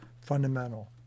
fundamental